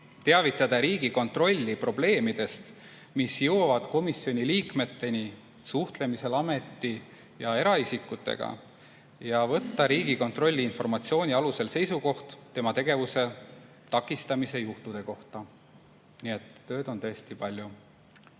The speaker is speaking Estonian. teavitada Riigikontrolli probleemidest, mis jõuavad komisjoni liikmeteni suhtlemisel ameti- ja eraisikutega, ja võtta Riigikontrolli informatsiooni alusel seisukoht tema tegevuse takistamise juhtude kohta. Nii et tööd on tõesti palju.